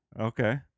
okay